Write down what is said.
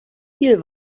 viel